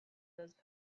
those